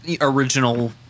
original